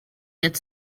that